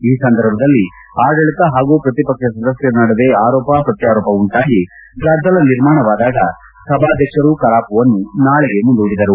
ಈ ಸಂದರ್ಭದಲ್ಲಿ ಆಡಳಿತ ಹಾಗೂ ಪ್ರತಿಪಕ್ಷ ಸದಸ್ಯರ ನಡುವೆ ಆರೋಪ ಪ್ರತ್ಯಾಕೋಪ ಉಂಟಾಗಿ ಗದ್ದಲ ನಿರ್ಮಾಣವಾದಾಗ ಸಭಾಧ್ಯಕ್ಷರು ಕಲಾಪವನ್ನು ನಾಳೆಗೆ ಮುಂದೂಡಿದರು